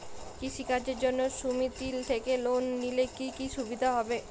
কৃষি কাজের জন্য সুমেতি থেকে লোন নিলে কি কি সুবিধা হবে?